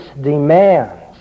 demands